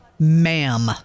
Ma'am